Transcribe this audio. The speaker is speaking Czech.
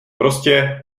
prostě